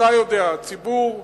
אתה יודע, הציבור,